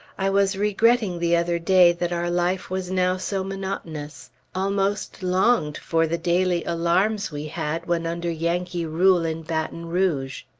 i was regretting the other day that our life was now so monotonous almost longed for the daily alarms we had when under yankee rule in baton rouge.